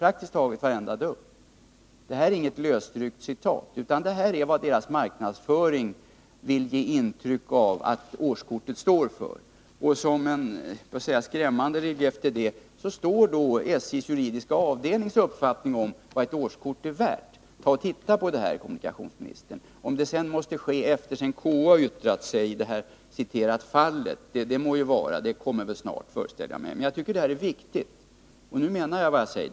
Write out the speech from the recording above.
Det rör sig alltså inte om något lösryckt citat, utan om vad SJ:s marknadsföring vill ge intryck av att årskortet står för. Som en skrämmande relief till detta står då SJ:s juridiska avdelnings uppfattning om vad ett årskort är värt. Ta och se på det här, herr kommunikationsminister! Om det sedan måste ske efter det att KO har yttrat sig i det här fallet må vara hänt — yttrandet kommer väl snart. Jag tycker alltså att det här är viktigt. Jag menar vad jag säger.